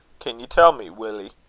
can ye tell me, willie?